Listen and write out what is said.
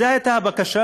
זו הייתה הבקשה,